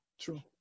True